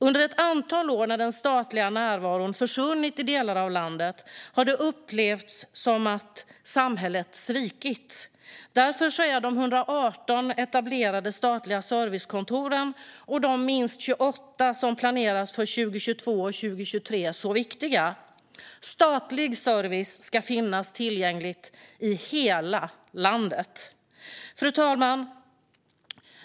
Under ett antal år när den statliga närvaron försvunnit i delar av landet har det upplevts som att samhället har svikit. Därför är de 118 etablerade statliga servicekontoren och de minst 28 nya som planeras för 2022 och 2023 så viktiga. Statlig service ska finnas tillgänglig i hela landet. Fru talman!